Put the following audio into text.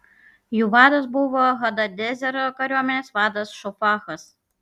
jų vadas buvo hadadezero kariuomenės vadas šofachas